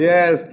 Yes